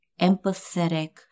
empathetic